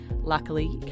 Luckily